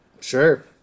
Sure